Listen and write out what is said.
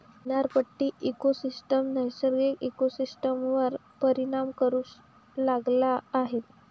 किनारपट्टी इकोसिस्टम नैसर्गिक इकोसिस्टमवर परिणाम करू लागला आहे